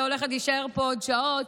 שהולכת להישאר פה עוד שעות,